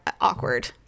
awkward